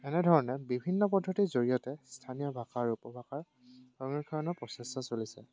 এনেধৰণে বিভিন্ন পদ্ধতিৰ জৰিয়তে স্থানীয় ভাষাৰ উপভাষাৰ সংৰক্ষণৰ প্ৰচেষ্টা চলিছে